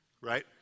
right